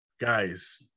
Guys